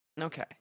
Okay